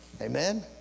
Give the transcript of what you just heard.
Amen